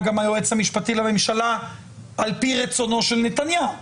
היועץ המשפטי לממשלה על פי רצונו של נתניהו